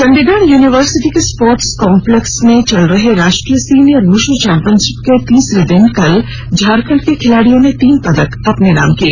Chandigarh university के sports complex में चल रहे राष्ट्रीय सीनियर वुशु चैंपियनशिप के तीसरे दिन कल झारखंड के खिलाड़ियों ने तीन पदक अपने नाम किए